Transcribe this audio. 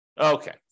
Okay